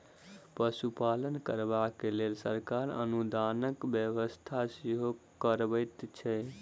पशुपालन करबाक लेल सरकार अनुदानक व्यवस्था सेहो करबैत छै